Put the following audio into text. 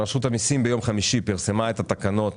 רשות המיסים פרסמה ביום חמישי את התקנות